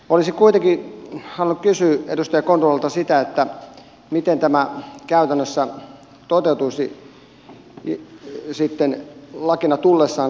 olisin kuitenkin halunnut kysyä edustaja kontulalta sitä miten tämä käytännössä toteutuisi sitten laiksi tullessaan